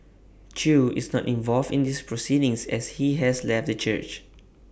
chew is not involved in these proceedings as he has left the church